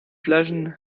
flaschen